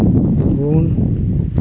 ᱯᱩᱱ